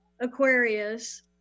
Aquarius